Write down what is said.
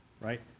right